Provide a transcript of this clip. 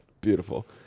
Beautiful